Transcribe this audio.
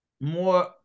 more